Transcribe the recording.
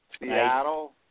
Seattle